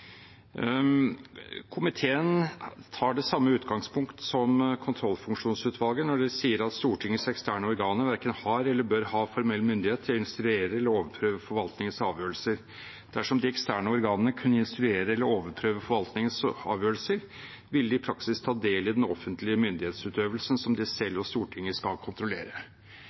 Komiteen tar det samme utgangspunkt som kontrollfunksjonsutvalget når den sier at Stortingets eksterne organer verken har eller bør ha formell myndighet til å instruere eller overprøve forvaltningens avgjørelser. Dersom de eksterne organene kunne instruere eller overprøve forvaltningens avgjørelser, ville de i praksis ta del i den offentlige myndighetsutøvelsen som de selv og Stortinget skal kontrollere.